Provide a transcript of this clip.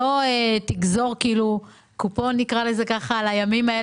ולא תגזור קופון על הימים האלה.